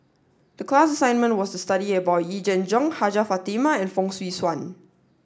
the class assignment was to study about Yee Jenn Jong Hajjah Fatimah and Fong Swee Suan